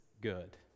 good